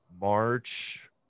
March